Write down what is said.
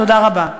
תודה רבה.